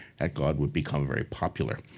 that god would become very popular.